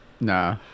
Nah